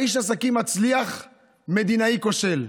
אתה איש עסקים מצליח, מדינאי כושל.